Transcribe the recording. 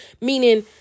meaning